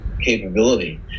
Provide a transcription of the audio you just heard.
capability